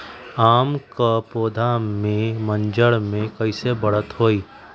आम क पौधा म मजर म कैसे बढ़त होई?